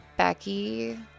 Becky